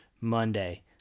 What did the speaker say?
Monday